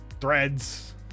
Threads